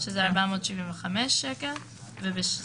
475 שקלים.